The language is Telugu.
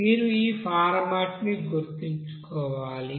మీరు ఈ ఫార్మాట్ ని గుర్తుంచుకోవాలి